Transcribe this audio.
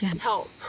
help